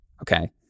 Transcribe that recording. Okay